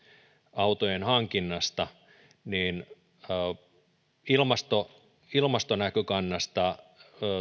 autojen hankinnasta niin ilmastonäkökannasta